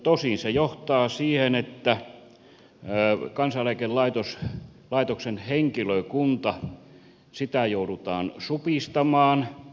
tosin se johtaa siihen että kansaneläkelaitoksen henkilökuntaa joudutaan supistamaan